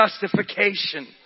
justification